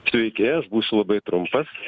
sveiki aš būsiu labai trumpas